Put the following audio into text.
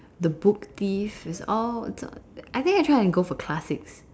the book theif is all I think I try and go for classics